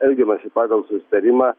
elgiamasi pagal susitarimą